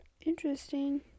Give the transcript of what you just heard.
Interesting